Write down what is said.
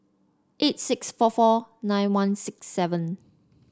eight six four four nine one six seven